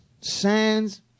sands